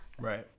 right